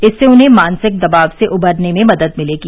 इससे उन्हें मानसिक दबाव से उबरने में मदद मिलेगी